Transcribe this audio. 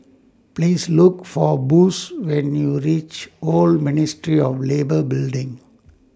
Please Look For Bush when YOU REACH Old Ministry of Labour Building